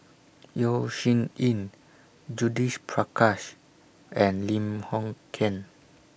Yeo Shih Yun Judith Prakash and Lim Hng Kiang